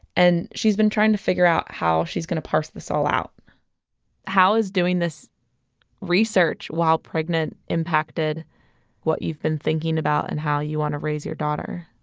and she's been trying to figure out how she's gonna parse this all out how is doing this research while pregnant impacted what you've been thinking about and how you want to raise your daughter?